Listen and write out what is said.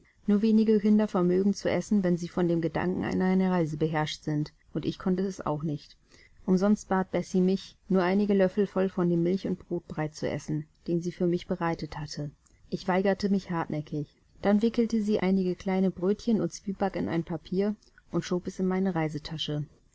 nur wenige kinder vermögen zu essen wenn sie von dem gedanken an eine reise beherrscht sind und ich konnte es auch nicht umsonst bat bessie mich nur einige löffel voll von dem milch und brotbrei zu essen den sie für mich bereitet hatte ich weigerte mich hartnäckig dann wickelte sie einige kleine brötchen und zwieback in ein papier und schob es in meine reisetasche